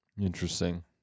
interesting